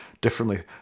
differently